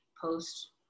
post-